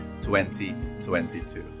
2022